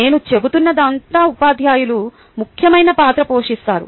నేను చెబుతున్నదంతా ఉపాధ్యాయులు ముఖ్యమైన పాత్ర పోషిస్తారు